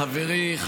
חברות וחברי הכנסת,